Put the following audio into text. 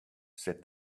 said